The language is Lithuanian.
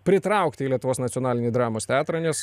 pritraukti į lietuvos nacionalinį dramos teatrą nes